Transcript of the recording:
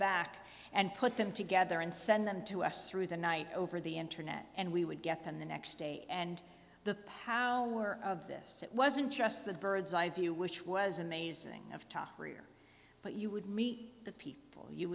back and put them together and send them to s through the night over the internet and we would get them the next day and the power of this it wasn't just the bird's eye view which was amazing of top gear but you would meet the people you